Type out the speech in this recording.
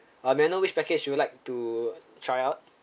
uh may I know which package you'd would like to try out